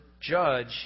judge